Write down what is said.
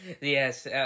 Yes